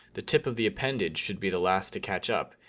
the tip of the appendage should be the last to catch up.